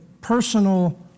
personal